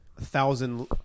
thousand